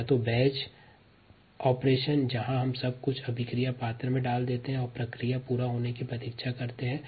पहला बैच कार्यप्रणाली जहां हम सभी आवश्यक सामग्री को क्रिया पात्र में डाल देते है और जैव प्रक्रिया के पूर्ण होने की प्रतीक्षा करते है